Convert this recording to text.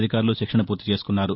అధికారులు శిక్షణ పూర్తి చేసుకున్నారు